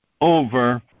over